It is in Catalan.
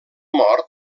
mort